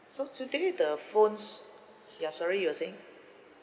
so today the phone s~ ya sorry you were saying